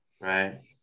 right